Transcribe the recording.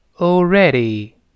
Already